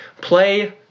play